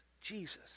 Jesus